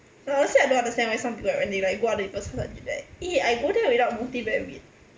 honestly I don't understand why some people when they like go other people's ho~ they like eh I go there without motive very weird